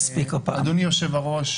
חבר הכנסת קרעי,